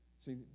See